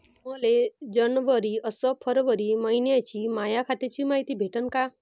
मले जनवरी अस फरवरी मइन्याची माया खात्याची मायती भेटन का?